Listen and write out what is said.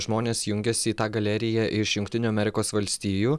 žmonės jungiasi į tą galeriją iš jungtinių amerikos valstijų